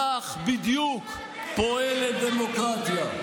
כך בדיוק פועלת דמוקרטיה.